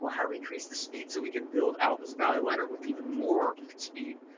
ah how do we increase the speed so we can build-out this value ladder with even more speed?